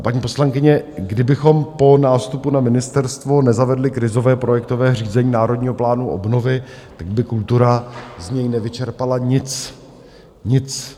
Paní poslankyně, kdybychom po nástupu na ministerstvo nezavedli krizové projektové řízení Národního plánu obnovy, tak by z něj kultura nevyčerpala nic. Nic!